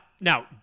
now